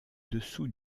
dessous